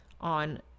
on